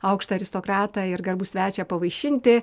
aukštą aristokratą ir garbų svečią pavaišinti